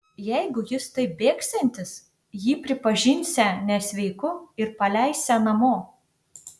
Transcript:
jeigu jis taip bėgsiantis jį pripažinsią nesveiku ir paleisią namo